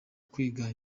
kwiga